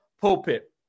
Pulpit